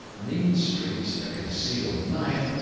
mean streets, a concealed knife,